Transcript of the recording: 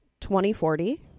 2040